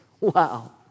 Wow